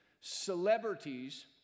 celebrities